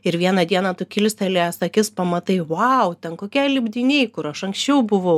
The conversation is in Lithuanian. ir vieną dieną tu kilstelėjęs akis pamatai vau ten kokie lipdiniai kur aš anksčiau buvau